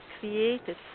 created